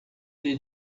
lhe